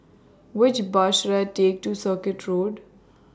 Which Bus should I Take to Circuit Road